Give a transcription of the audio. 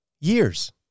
years